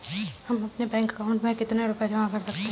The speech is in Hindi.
हम अपने बैंक अकाउंट में कितने रुपये जमा कर सकते हैं?